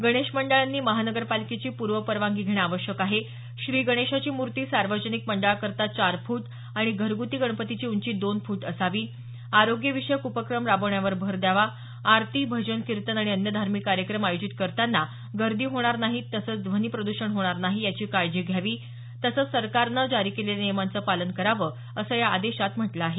गणेश मंडळांनी महानगरपालिकेची पूर्व परवानगी घेणं आवश्यक आहे श्रीगणेशाची मूर्ती सार्वजनिक मंडळांकरता चार फूट आणि घरगुती गणपतीची उंची दोन फुट असावी आरोग्य विषयक उपक्रम राबवण्यावर भर द्यावा आरती भजन कीतेन आणि अन्य धार्मिक कार्यक्रम आयोजित करताना गर्दी होणार नाही तसंच ध्वनी प्रद्षण होणार नाही याची काळजी घ्यावी तसंच सरकारनं जारी केलेल्या नियमांचं पालन कराव अस या आदेशात म्हटलं आहे